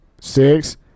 Six